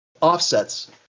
offsets